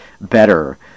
better